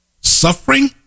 Suffering